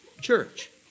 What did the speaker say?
church